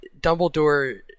Dumbledore